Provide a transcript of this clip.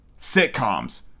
sitcoms